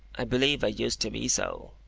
i believe i used to be so,